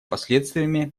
последствиями